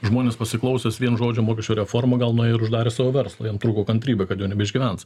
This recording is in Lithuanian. žmonės pasiklausęs vien žodžio mokesčių reforma gal nuėjo ir uždarė savo verslą jam trūko kantrybė kad jo nebeišgyvens